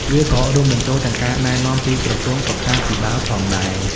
វាក៏រួមបញ្ចូលទាំងការណែនាំពីក្រសួងសុខាភិបាលផងដែរ។